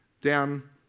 down